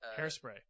Hairspray